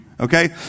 Okay